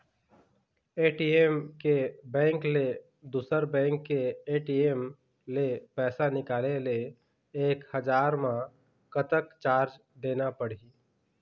ATM के bank ले दुसर बैंक के ए.टी.एम ले पैसा निकाले ले एक हजार मा कतक चार्ज देना पड़ही?